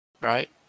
right